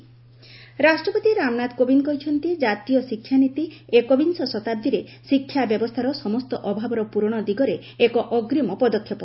ପ୍ରେଜ୍ education policy ରାଷ୍ଟ୍ରପତି ରାମନାଥ କୋବିନ୍ଦ କହିଛନ୍ତି ଜାତୀୟ ଶିକ୍ଷାନୀତି ଏକବିଂଶ ଶତାବ୍ଦୀରେ ଶିକ୍ଷା ବ୍ୟବସ୍ଥାର ସମସ୍ତ ଅଭାବର ପୂରଣ ଦିଗରେ ଏକ ଅଗ୍ରୀମ ପଦକ୍ଷେପ